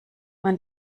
man